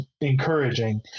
encouraging